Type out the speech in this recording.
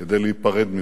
כדי להיפרד ממך.